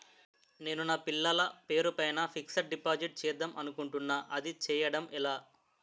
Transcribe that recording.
నేను నా పిల్లల పేరు పైన ఫిక్సడ్ డిపాజిట్ చేద్దాం అనుకుంటున్నా అది చేయడం ఎలా?